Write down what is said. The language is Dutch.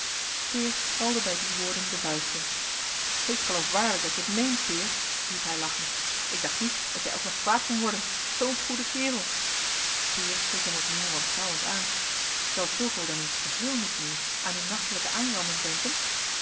peer balde bij die woorden de vuisten ik geloof waarlijk dat je het meent peer riep hij lachend ik dacht niet dat jij ook nog kwaad kon worden zoo'n goede kerel peer keek hem opnieuw wantrouwend aan zou fulco dan in het geheel niet meer aan die nachtelijke aanranding denken